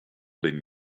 been